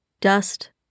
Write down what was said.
Dust